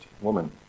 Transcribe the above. woman